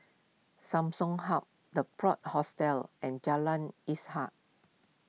Samsung Hub the Plot Hostels and Jalan Ishak